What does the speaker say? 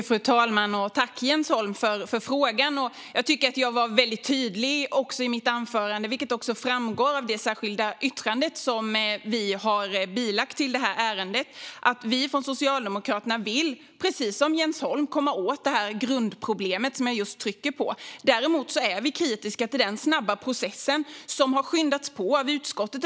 Fru talman! Tack, Jens Holm, för frågan! Jag tyckte att jag var tydlig i mitt anförande, och vår hållning framgår också av det särskilda yttrande som vi har bilagt i ärendet. Vi socialdemokrater vill, precis som Jens Holm, komma åt grundproblemet. Däremot är vi kritiska till den snabba processen, som har skyndats på av utskottet.